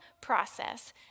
process